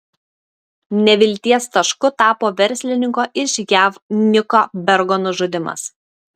nevilties tašku tapo verslininko iš jav nicko bergo nužudymas